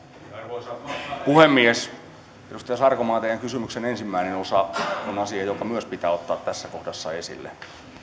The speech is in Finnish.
arvoisa puhemies edustaja sarkomaa teidän kysymyksenne ensimmäinen osa on asia joka myös pitää ottaa tässä kohdassa esille